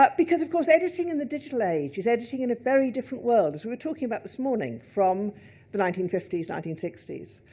but because of course editing in the digital age is editing in a very different world, as we were talking about this morning, from the nineteen fifty s, nineteen sixty s.